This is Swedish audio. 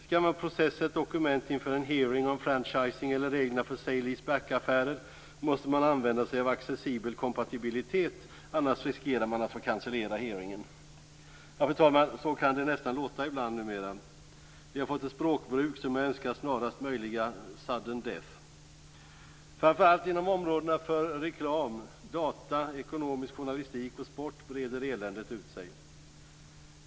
Skall man processa ett dokument inför en hearing om franchising eller reglerna för sale-lease back affärer måste man använda sig av accessibel compatibilitet, annars riskerar man att få cancellera hearingen. Fru talman! Så kan det nästan låta ibland numera. Vi har fått ett språkbruk som jag önskar snarast möjliga sudden death. Framför allt inom områdena reklam, data, ekonomisk journalistik och sport breder eländet ut sig.